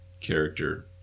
character